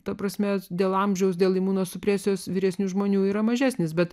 ta prasme dėl amžiaus dėl imunosupresijos vyresnių žmonių yra mažesnis bet